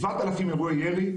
7,000 אירועי ירי,